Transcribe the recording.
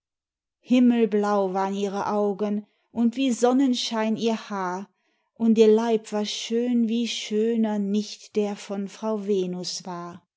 himmelblau war'n ihre augen und wie sonnenschein ihr haar und ihr leib war schön wie schöner nicht der von frau venus war